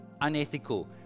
unethical